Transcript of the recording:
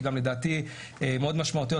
ולדעתי מאוד משמעותיות,